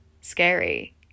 scary